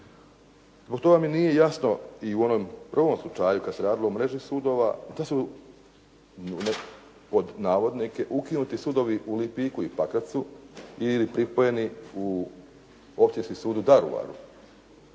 Zbog toga mi nije jasno i u onom prvom slučaju kad se radilo o mreži sudova, to su "ukinuti sudovi" u Lipiku i Pakracu ili pripojeni u Općinski sud u Daruvaru.